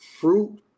Fruit